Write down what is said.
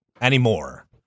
anymore